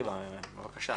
בבקשה.